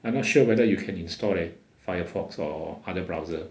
I'm not sure whether you can install leh firefox or other browser